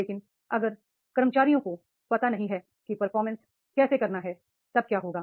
लेकिन अगर कर्मचारियों को पता नहीं है कि परफॉर्मेंस कैसे करना है तब क्या होगा